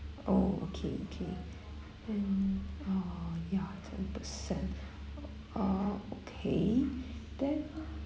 oh okay okay and uh ya ten percent uh okay then